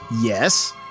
yes